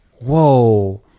whoa